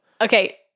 Okay